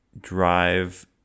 drive